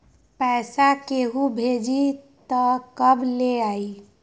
पैसा केहु भेजी त कब ले आई?